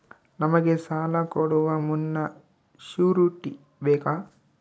ನಮಗೆ ಸಾಲ ಕೊಡುವ ಮುನ್ನ ಶ್ಯೂರುಟಿ ಬೇಕಾ?